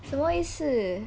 什么意思